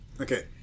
okay